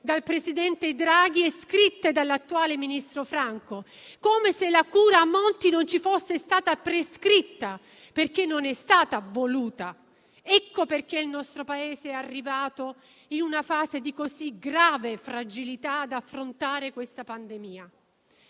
dal presidente Draghi e scritte dall'attuale ministro Franco; come se la cura Monti non ci fosse stata prescritta, perché non è stata voluta. È per questo che il nostro Paese è arrivato in una fase di così grave fragilità ad affrontare la pandemia.